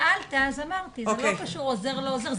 שאלת ועניתי, זה לא קשור אם זה עוזר או לא עוזר.